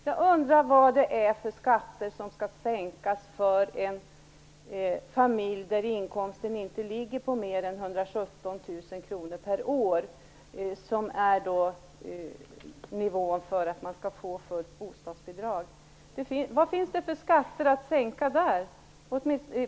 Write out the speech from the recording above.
Jag undrar vad det är för skatter som skall sänkas för en familj där inkomsten inte ligger på mer än 117 000 kr per år, vilket är nivån för att man skall få fullt bostadsbidrag. Vad finns det för skatter att sänka där?